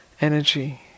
energy